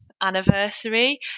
anniversary